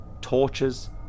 torches